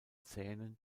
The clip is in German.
zähnen